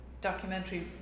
documentary